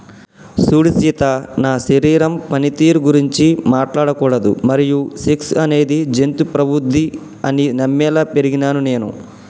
సూడు సీత నా శరీరం పనితీరు గురించి మాట్లాడకూడదు మరియు సెక్స్ అనేది జంతు ప్రవుద్ది అని నమ్మేలా పెరిగినాను నేను